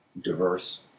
diverse